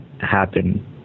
happen